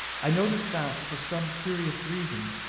i noticed that, for some curious reason,